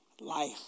life